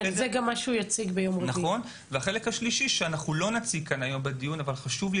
החלק השלישי שלא נציג כאן היום בדיון אבל חשוב לי